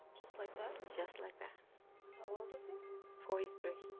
just like that? just like that forty-three.